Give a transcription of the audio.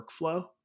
workflow